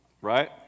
Right